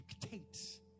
dictates